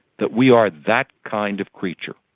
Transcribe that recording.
that we are that kind of creature.